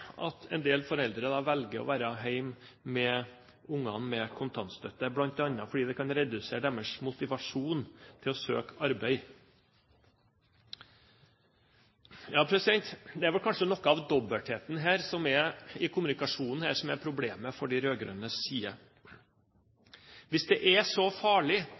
at en del foreldre velger å være hjemme med ungene og få kontantstøtte, bl.a. fordi det kan redusere deres motivasjon til å søke arbeid. Det er kanskje noe med dobbeltheten i kommunikasjonen her som er problemet for de rød-grønne: Hvis det er så farlig,